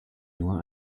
nur